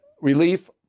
relief